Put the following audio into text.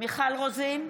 מיכל רוזין,